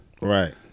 Right